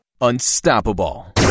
Unstoppable